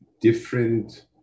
different